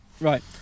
Right